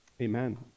Amen